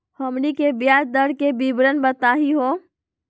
हमनी के ब्याज दर के विवरण बताही हो?